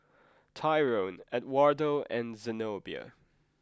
Tyrone Edwardo and Zenobia